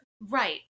Right